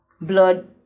blood